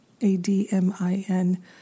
A-D-M-I-N